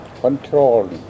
control